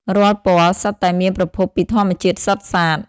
រាល់ពណ៌សុទ្ធតែមានប្រភពពីធម្មជាតិសុទ្ធសាធ។